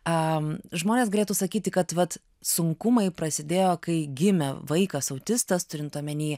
am žmonės galėtų sakyti kad vat sunkumai prasidėjo kai gimė vaikas autistas turint omeny